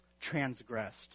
transgressed